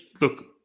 look